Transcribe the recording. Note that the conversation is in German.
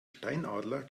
steinadler